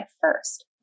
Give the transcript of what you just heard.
first